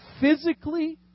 physically